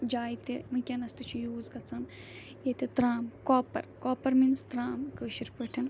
جایہِ تہِ وُنکیٚس تہِ چھُ یوٗز گَژھان ییٚتہِ ترٛام کاپَر کاپَر میٖنٕز ترٛام کٲشِر پٲٹھۍ